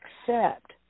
accept